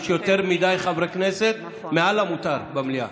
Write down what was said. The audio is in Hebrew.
יש יותר מדי חברי כנסת, מעל המותר במליאה.